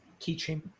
Keychain